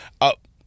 up